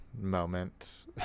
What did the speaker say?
moment